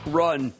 run